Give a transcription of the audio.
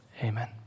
Amen